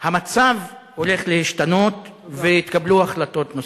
המצב הולך להשתנות, ויתקבלו החלטות נוספות.